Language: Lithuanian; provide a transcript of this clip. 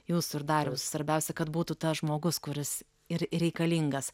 jūsų ir dariaus svarbiausia kad būtų tas žmogus kuris ir reikalingas